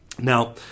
Now